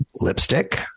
lipstick